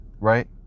right